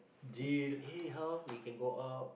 eh how we can go out